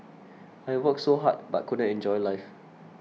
I worked so hard but couldn't enjoy life